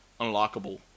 unlockable